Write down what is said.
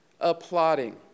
applauding